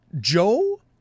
Joe